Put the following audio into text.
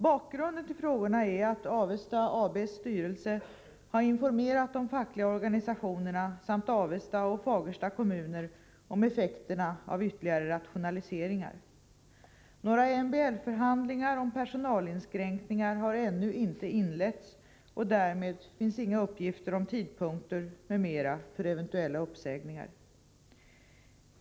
Bakgrunden till frågorna är att Avesta AB:s styrelse har informerat de fackliga organisationerna samt Avesta och Fagersta kommuner om effekterna av ytterligare rationaliseringar. Några MBL-förhandlingar om personalinskränkningar har ännu inte inletts, och därmed finns inga uppgifter om tidpunkter m.m. för eventuella uppsägningar.